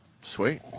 Sweet